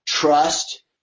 trust